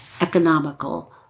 economical